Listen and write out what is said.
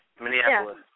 Minneapolis